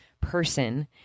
person